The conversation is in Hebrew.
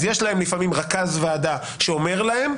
לפעמים יש רכז ועדה שאומר להם,